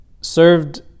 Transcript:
served